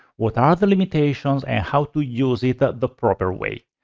what are the limitations and how to use it the the proper way.